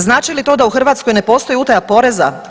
Znači li to da u Hrvatskoj ne postoji utaja poreza?